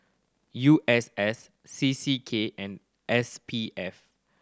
U S S C C K and S P F